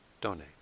donate